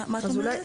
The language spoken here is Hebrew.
מה, מה את אומרת?